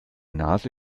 nase